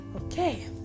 Okay